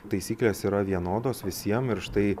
taisyklės yra vienodos visiem ir štai